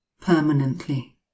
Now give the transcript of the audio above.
permanently